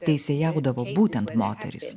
teisėjaudavo būtent moterys